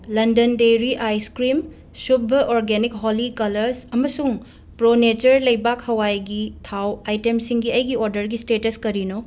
London dairy ice cream ꯁꯨꯕꯚ organic Holi colours ꯑꯃꯁꯨꯡ pro nature ꯂꯩꯕꯥꯛ ꯍꯋꯥꯏꯒꯤ ꯊꯥꯎ ꯑꯥꯏꯇꯦꯝꯁꯤꯡꯒꯤ ꯑꯩꯒꯤ ꯑꯣꯔꯗꯔꯒꯤ ꯁ꯭ꯇꯦꯇꯁ ꯀꯔꯤꯅꯣ